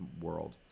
world